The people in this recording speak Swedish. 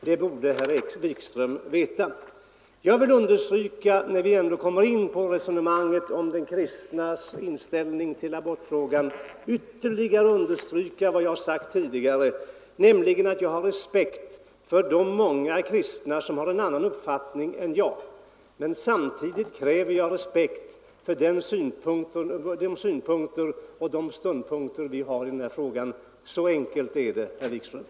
Det borde herr Wikström veta. Jag vill när vi nu ändå kommit in på resonemanget om de kristnas inställning till abortfrågan ytterligare understryka vad jag sagt tidigare, nämligen att jag har respekt för de många kristna som har en annan uppfattning än jag men att jag samtidigt kräver respekt för de synpunkter och ståndpunkter vi har i denna fråga. Så enkelt är det, herr Wikström.